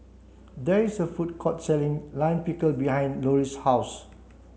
there is a food court selling Lime Pickle behind Loree's house